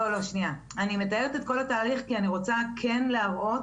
אני מתארת את כל התהליך כי אני רוצה כן להראות